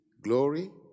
glory